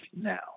now